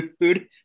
food